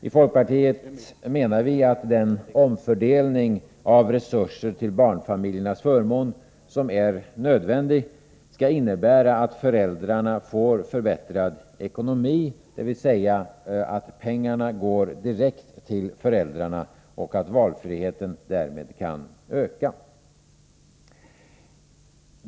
I folkpartiet menar vi att den omfördelning av resurser till barnfamiljernas förmån som är nödvändig skall innebära att föräldrarna får förbättrad ekonomi, dvs. att pengarna går direkt till föräldrarna och att valfriheten därmed kan öka.